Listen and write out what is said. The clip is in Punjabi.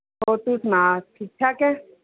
ਹੋਰ ਤੂੰ ਸੁਣਾ ਠੀਕ ਠਾਕ ਐਂ